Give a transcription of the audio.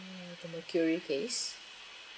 mm the mercury case